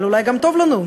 אבל אולי גם טוב לנו,